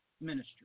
ministry